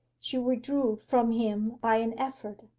she withdrew from him by an effort,